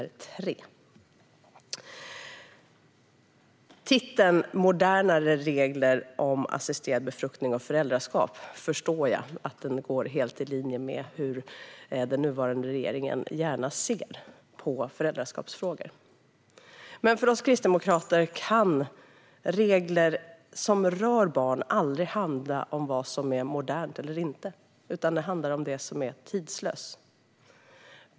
Jag förstår att titeln Modernare regler om assisterad befruktning och föräldraskap går helt i linje med hur den nuvarande regeringen gärna ser på föräldraskapsfrågor. Men för oss kristdemokrater kan regler som rör barn aldrig handla om vad som är modernt eller inte, utan det handlar om det som är tidlöst.